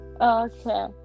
Okay